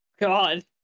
God